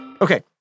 Okay